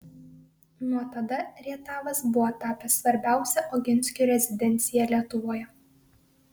nuo tada rietavas buvo tapęs svarbiausia oginskių rezidencija lietuvoje